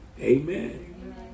Amen